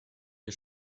wir